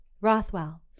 Rothwell